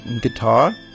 guitar